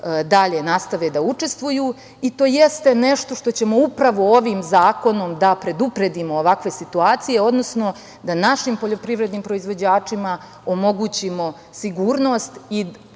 dalje nastave da učestvuju i to jeste nešto što ćemo upravo ovim zakonom da predupredimo ovakve situacije, odnosno da našim poljoprivrednim proizvođačima omogućimo sigurnost